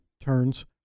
turns